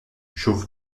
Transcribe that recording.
chauve